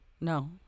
no